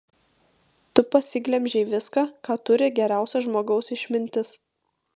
tu pasiglemžei viską ką turi geriausio žmogaus išmintis